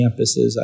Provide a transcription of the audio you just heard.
campuses